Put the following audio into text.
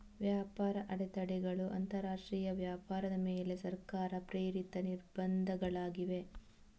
ವ್ಯಾಪಾರ ಅಡೆತಡೆಗಳು ಅಂತರಾಷ್ಟ್ರೀಯ ವ್ಯಾಪಾರದ ಮೇಲೆ ಸರ್ಕಾರ ಪ್ರೇರಿತ ನಿರ್ಬಂಧಗಳಾಗಿವೆ